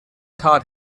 taught